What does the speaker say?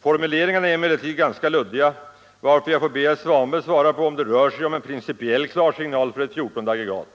Formuleringarna är emellertid ganska luddiga, varför jag får be herr Svanberg svara på om det rör sig om en principiell klarsignal för ett fjortonde aggregat.